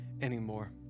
anymore